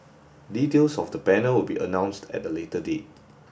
details of the panel will be announced at a later date